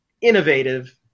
innovative